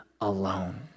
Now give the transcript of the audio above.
alone